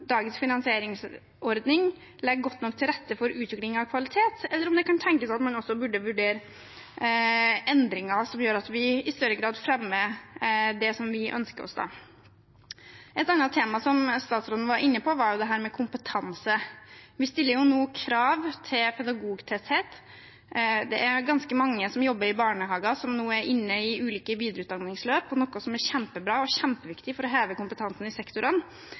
det kan tenkes at man burde vurdere endringer som gjør at vi i større grad fremmer det som vi ønsker oss. Et annet tema som statsråden var inne på, var dette med kompetanse. Vi stiller nå krav til pedagogtetthet. Det er ganske mange av dem som jobber i barnehager, som nå er inne i ulike videreutdanningsløp, noe som er kjempebra og kjempeviktig for å heve kompetansen i